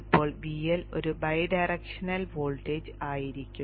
ഇപ്പോൾ VL ഒരു bidirectional voltage ആയിരിക്കും